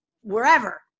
wherever